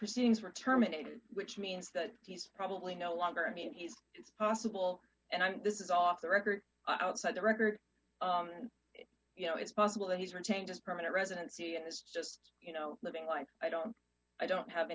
proceedings were terminated which means that he's probably no longer i mean he's it's possible and i think this is off the record outside the record and you know it's possible that he's retained his permanent residency and is just you know living like i don't i don't have